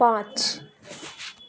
পাঁচ